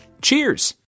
Cheers